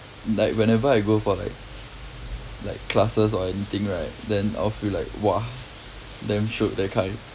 like whenever I go for like like classes or anything right then I'll feel like !wah! damn shiok that kind